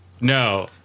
No